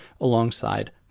alongside